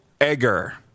Egger